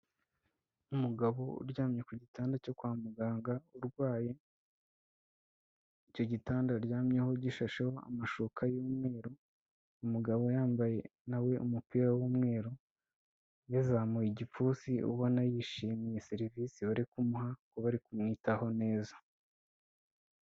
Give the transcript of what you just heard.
Ni umugabo uryamye ku gitanda cyo kwa muganga urwaye, icyo gitanda aryamyeho gishasheho amashuka y'umweru, umugabo yambaye na we umupira w'umweru, yazamuye igipfunsi ubona yishimiye serivisi bari kumuha ko bari kumwitaho neza.